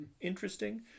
interesting